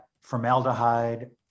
formaldehyde